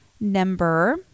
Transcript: number